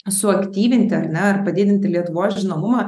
suaktyvinti ar ne ar padidinti lietuvos žinomumą